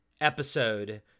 episode